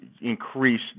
increase